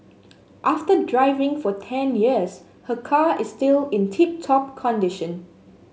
after driving for ten years her car is still in tip top condition